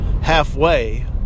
halfway